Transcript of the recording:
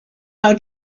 our